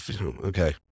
Okay